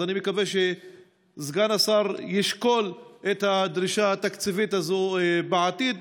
אז אני מקווה שסגן השר ישקול את הדרישה התקציבית הזאת בעתיד,